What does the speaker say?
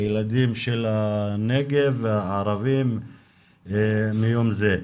בילדים של הנגב הערבים מיום זה.